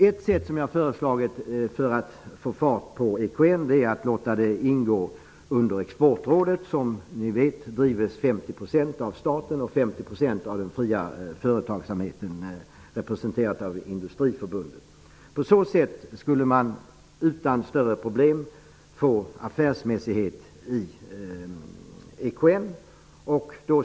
Ett sätt som jag har föreslagit för att få fart på EKN är att låta den ingå i Exportrådet som, vilket ni vet, drivs till 50 % av staten och till 50 % av den fria företagsamheten, representerad av Industriförbundet. På så sätt skulle man utan större problem få affärsmässighet i EKN.